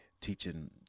teaching